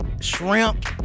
shrimp